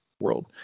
world